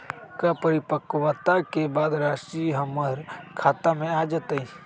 का परिपक्वता के बाद राशि हमर खाता में आ जतई?